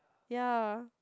ya